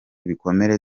ibikomere